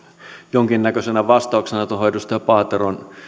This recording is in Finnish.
jonkinnäköisenä vastauksena tuohon edustaja paateron